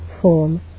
form